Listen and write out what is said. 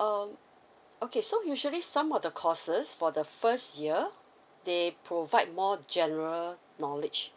um okay so usually some of the courses for the first year they provide more general knowledge